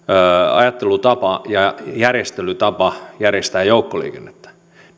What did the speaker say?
ajattelutapa ja tapa järjestää joukkoliikennettä